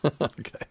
Okay